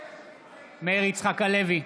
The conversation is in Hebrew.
מאיר יצחק הלוי,